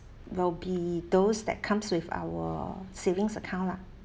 will be those that comes with our savings account lah